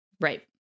Right